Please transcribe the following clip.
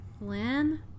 Lynn